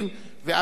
ואבקסיס,